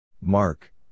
Mark